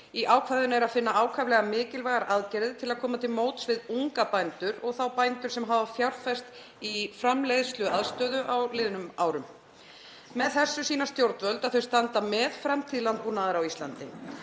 Í ákvæðinu er að finna ákaflega mikilvægar aðgerðir til að koma til móts við unga bændur og þá bændur sem hafa fjárfest í framleiðsluaðstöðu á liðnum árum. Með þessu sýna stjórnvöld að þau standa með framtíð landbúnaðar á Íslandi.